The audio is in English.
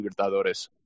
Libertadores